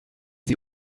sie